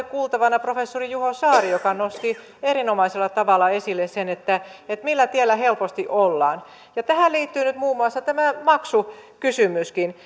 kuultavana professori juho saari joka nosti erinomaisella tavalla esille sen millä tiellä helposti ollaan tähän liittyy nyt muun muassa tämä maksukysymyskin